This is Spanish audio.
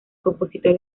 compositor